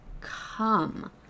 come